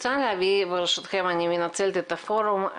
ברשותכם, אני מנצלת את הפורום.